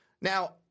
Now